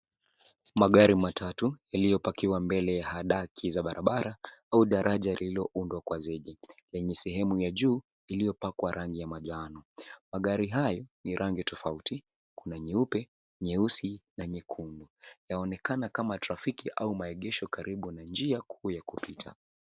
Magari matatu yaliyopakiwa mbele ya hadaki za barabara au daraja lililoundwa kwa zege yenye sehemu ya juu iliyopakwa rangi ya manjano. Magari hayo ni rangi tofauti, kuna nyeupe, nyeusi na nyekundu. Yaonekana kama trafiki au maegesho karibu na njia kuu ya kupita.